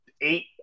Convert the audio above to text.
eight